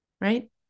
right